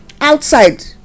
outside